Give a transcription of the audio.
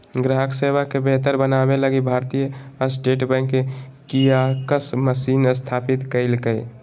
ग्राहक सेवा के बेहतर बनाबे लगी भारतीय स्टेट बैंक कियाक्स मशीन स्थापित कइल्कैय